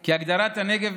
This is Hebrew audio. כי הגדרת הנגב,